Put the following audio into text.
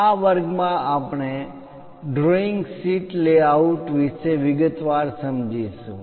આ વર્ગમાં આપણે ડ્રોઈંગ શીટ લેઆઉટ વિશે વિગતવાર સમજીશું